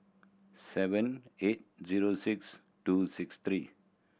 seven eight zero six two six three